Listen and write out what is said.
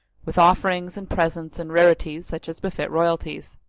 with offerings and presents and rarities such as befit royalties.